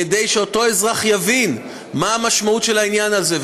כדי שאותו אזרח יבין מה המשמעות של העניין הזה,